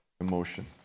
emotion